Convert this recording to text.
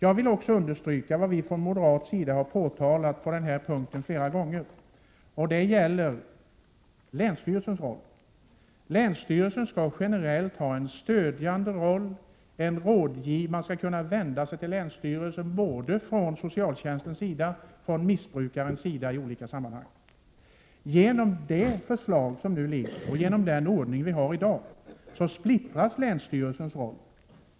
Jag vill understryka vad vi från moderat sida har påtalat på denna punkt flera gånger, och det gäller länsstyrelsens roll. Länsstyrelsen skall ha en generellt stödjande och rådgivande roll. Både missbrukare och från socialtjänstens sida skall man kunna vända sig till länsstyrelsen. Genom det förslag som nu framlagts och genom den ordning vi har i dag splittras länsstyrelsens roll.